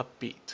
upbeat